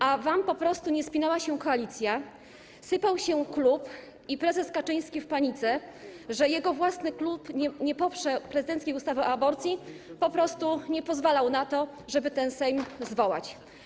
A wam po prostu nie spinała się koalicja, sypał się klub i prezes Kaczyński w panice, że jego własny klub nie poprze prezydenckiej ustawy o aborcji, nie pozwalał na to, żeby posiedzenie Sejmu zwołać.